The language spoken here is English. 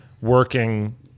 working